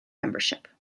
membership